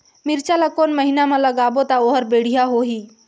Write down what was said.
मिरचा ला कोन महीना मा लगाबो ता ओहार बेडिया होही?